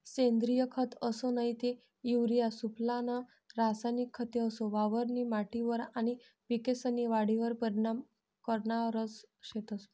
सेंद्रिय खत असो नही ते युरिया सुफला नं रासायनिक खते असो वावरनी माटीवर आनी पिकेस्नी वाढवर परीनाम करनारज शेतंस